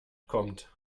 kommt